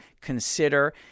consider